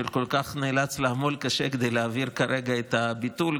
שכל כך נאלץ לעמול קשה כדי להעביר כרגע את הביטול,